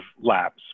labs